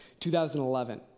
2011